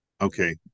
Okay